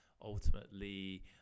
ultimately